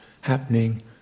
happening